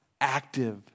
active